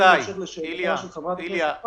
איליה,